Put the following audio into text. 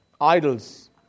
idols